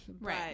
Right